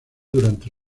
durante